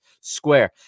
square